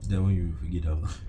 that [one] you figure it out